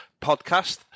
podcast